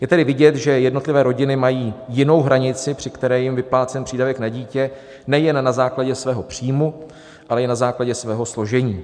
Je tedy vidět, že jednotlivé rodiny mají jinou hranici, při které je jim vyplácen přídavek na dítě, nejen na základě svého příjmu, ale i na základě svého složení.